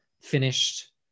finished